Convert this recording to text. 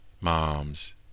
moms